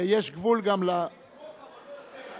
יש גבול גם, נכון.